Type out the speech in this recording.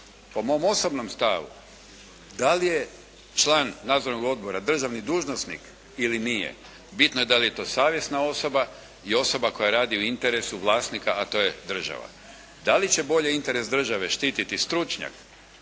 po mom osobnom stavu, da li je član nadzornog odbora državni dužnosnik ili nije, bitno je da li je to savjesna osoba i osoba koja radi u interesu vlasnika a to je država. Da li će bolje interes države štititi stručnjak